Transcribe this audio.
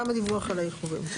גם דיווח על איחור.